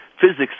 physics